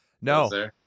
no